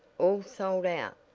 all sold out.